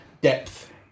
depth